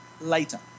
later